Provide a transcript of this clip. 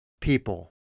people